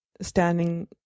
standing